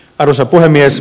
arvoisa puhemies